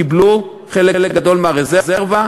קיבלו חלק גדול מהרזרבה.